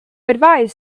advise